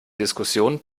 diskussionen